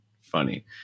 funny